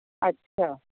अच्छा